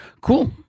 Cool